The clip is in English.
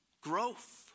growth